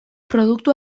produktu